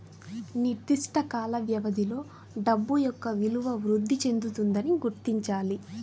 నిర్దిష్ట కాల వ్యవధిలో డబ్బు యొక్క విలువ వృద్ధి చెందుతుందని గుర్తించాలి